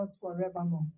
forevermore